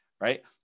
Right